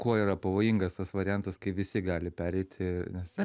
kuo yra pavojingas tas variantas kai visi gali pereiti nes